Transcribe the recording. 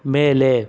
ಮೇಲೆ